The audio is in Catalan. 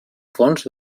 fons